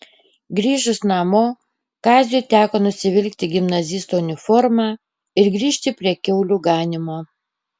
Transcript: grįžus namo kaziui teko nusivilkti gimnazisto uniformą ir grįžti prie kiaulių ganymo